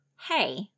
hey